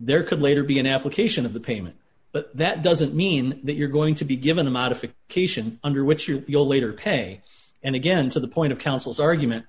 there could later be an application of the payment but that doesn't mean that you're going to be given a modification under which you you'll later pay and again to the point of counsel's argument